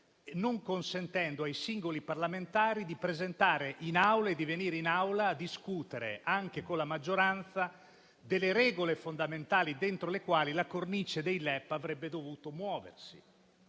non consentendo ai singoli parlamentari di venire a presentare in Aula emendamenti e discutere anche con la maggioranza delle regole fondamentali dentro le quali la cornice dei LEP avrebbe dovuto muoversi.